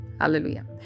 Hallelujah